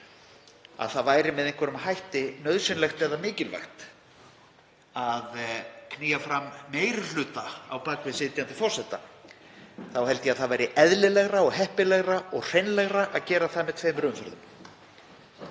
að það væri með einhverjum hætti nauðsynlegt eða mikilvægt að knýja fram meiri hluta á bak við sitjandi forseta held ég að það væri eðlilegra og heppilegra og hreinlegra að gera það með tveimur umferðum.